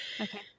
Okay